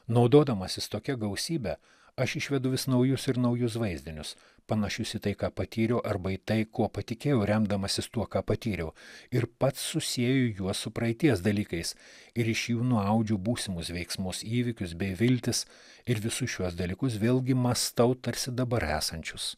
naudodamasis tokia gausybe aš išvedu vis naujus ir naujus vaizdinius panašius į tai ką patyriau arba į tai kuo patikėjau remdamasis tuo ką patyriau ir pats susieju juos su praeities dalykais ir iš jų nuaudžiau būsimus veiksmus įvykius bei viltis ir visus šiuos dalykus vėlgi mąstau tarsi dabar esančius